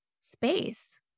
space